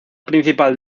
principal